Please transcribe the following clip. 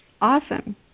Awesome